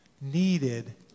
needed